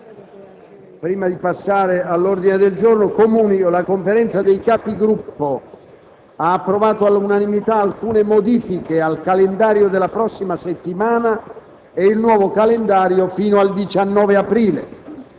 Prima di passare all'ordine del giorno, comunico che la Conferenza dei Capigruppo ha approvato all'unanimità alcune modifiche al calendario della prossima settimana e il nuovo calendario fino al 19 aprile.